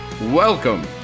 welcome